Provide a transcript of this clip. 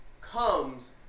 comes